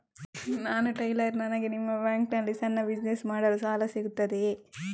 ನಾನು ಟೈಲರ್, ನನಗೆ ನಿಮ್ಮ ಬ್ಯಾಂಕ್ ನಲ್ಲಿ ಸಣ್ಣ ಬಿಸಿನೆಸ್ ಮಾಡಲು ಸಾಲ ಸಿಗುತ್ತದೆಯೇ?